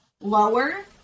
lower